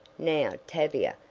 now, tavia,